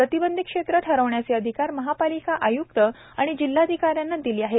प्रतिबंधित क्षेत्र ठरविण्याचे अधिकार महापालिका आय्क्त आणि जिल्हाधिकाऱ्यांना दिले आहेत